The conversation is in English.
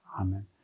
Amen